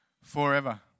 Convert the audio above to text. forever